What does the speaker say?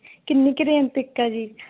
ਕਿੰਨੀ ਕੁ ਰੇਂਜ ਤੱਕ ਆ ਜੀ